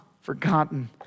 forgotten